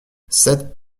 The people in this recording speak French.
sept